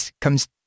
comes